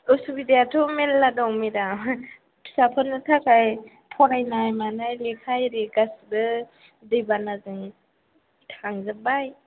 असुबिदायाथ' मेल्ला दं मेडाम फिसाफोरनि थाखाय फरायनाय मानाय लेखा आरि गासैबो दैबानाजों थांजोबबाय